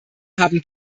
haben